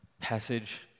passage